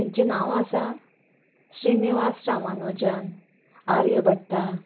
तेंची नांवां आसा श्रीनिवास रामानूजन आर्य भट्टा